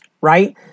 right